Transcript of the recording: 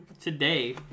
Today